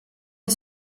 est